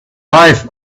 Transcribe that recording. life